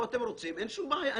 אם אתם רוצים, אין שום בעיה.